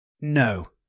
No